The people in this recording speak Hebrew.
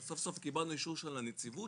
סוף סוף קיבלנו אישור של הנציבות,